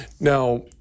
Now